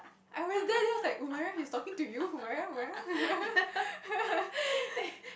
I was there then I was like oh Myra he's talking to you Myra Myra